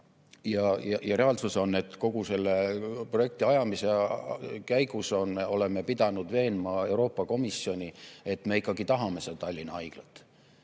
Reaalsus on, et kogu selle projektiajamise käigus oleme me pidanud veenma Euroopa Komisjoni, et me ikkagi tahame seda Tallinna Haiglat.